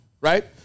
right